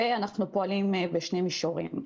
ואנחנו פועלים בשני מישורים.